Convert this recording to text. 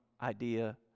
idea